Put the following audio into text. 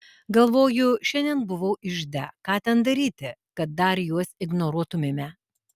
galvoju šiandien buvau ižde ką ten daryti kad dar juos ignoruotumėme